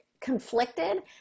conflicted